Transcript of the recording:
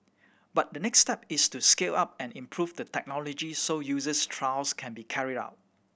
but the next step is to scale up and improve the technology so user trials can be carried out